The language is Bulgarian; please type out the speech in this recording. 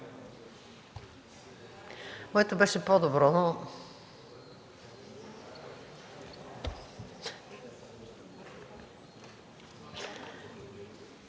Моето беше по-добро, но...